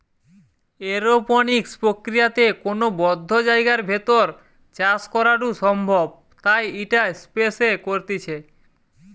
aeroponics প্রক্রিয়াতে কোনো বদ্ধ জায়গার ভেতর চাষ করাঢু সম্ভব তাই ইটা স্পেস এ করতিছে